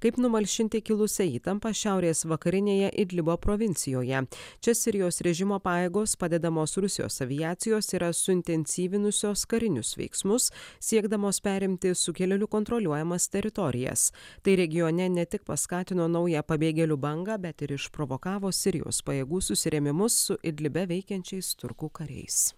kaip numalšinti kilusią įtampą šiaurės vakarinėje idlibo provincijoje čia sirijos režimo pajėgos padedamos rusijos aviacijos yra suintensyvinusios karinius veiksmus siekdamos perimti sukilėlių kontroliuojamas teritorijas tai regione ne tik paskatino naują pabėgėlių bangą bet ir išprovokavo sirijos pajėgų susirėmimus su idlibe veikiančiais turkų kariais